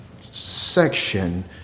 section